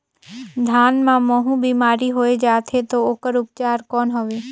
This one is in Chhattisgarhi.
धान मां महू बीमारी होय जाथे तो ओकर उपचार कौन हवे?